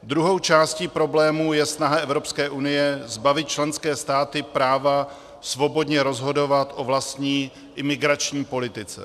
Druhou částí problému je snaha Evropské unie zbavit členské státy práva svobodně rozhodovat o vlastní imigrační politice.